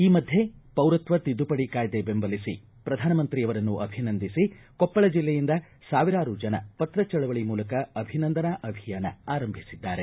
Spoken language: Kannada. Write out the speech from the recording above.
ಈ ಮಧ್ಯೆ ಪೌರತ್ವ ತಿದ್ದುಪಡಿ ಕಾಯ್ದೆ ಬೆಂಬಲಿಸಿ ಪ್ರಧಾನಮಂತ್ರಿಯವರನ್ನು ಅಭಿನಂದಿಸಿ ಕೊಪ್ಪಳ ಜಿಲ್ಲೆಯಿಂದ ಸಾವಿರಾರು ಜನ ಪತ್ರ ಚಳವಳಿ ಮೂಲಕ ಅಭಿನಂದನಾ ಅಭಿಯಾನ ಆರಂಭಿಸಿದ್ದಾರೆ